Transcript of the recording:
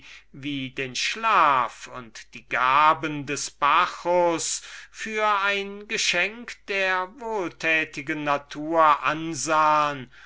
wie den schlaf und die gaben des bacchus des gebers der freude für ein geschenke der wohltätigen natur ansahen